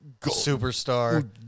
superstar